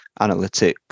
analytics